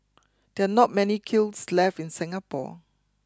there are not many kilns left in Singapore